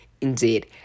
Indeed